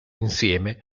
insieme